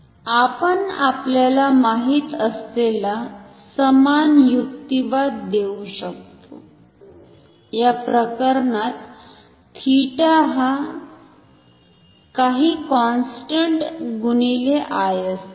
आपण आपल्याला माहीत असलेला समान युक्तिवाद देऊ शकतो या प्रकरणात थिटा हा काही कॉन्स्टंट गुणिले I असतो